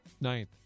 Ninth